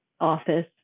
office